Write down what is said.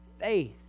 faith